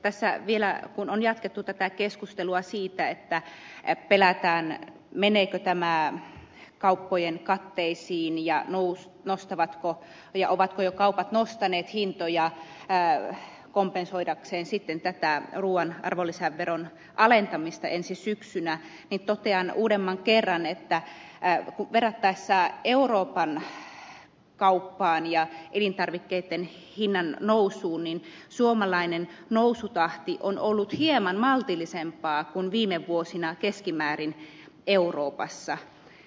tässä vielä kun on jatkettu tätä keskustelua siitä että pelätään meneekö tämä kauppojen katteisiin ja ovatko kaupat jo nostaneet hintoja kompensoidakseen sitten tätä ruuan arvonlisäveron alentamista ensi syksynä totean uudemman kerran että verrattaessa euroopan kauppaan ja elintarvikkeitten hinnannousuun suomalainen nousutahti on ollut hieman maltillisempaa kuin viime vuosina keskimäärin euroopassa